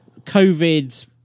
COVID